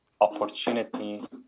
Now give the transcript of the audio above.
opportunities